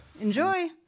Enjoy